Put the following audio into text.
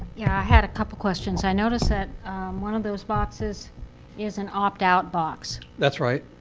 yeah, i had a couple questions. i noticed that one of those boxes is an opt out box. that's right.